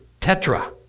Tetra